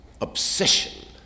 obsession